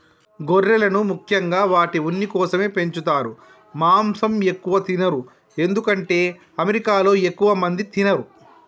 గొర్రెలను ముఖ్యంగా వాటి ఉన్ని కోసమే పెంచుతారు మాంసం ఎక్కువ తినరు ఎందుకంటే అమెరికాలో ఎక్కువ మంది తినరు